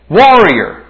warrior